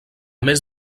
més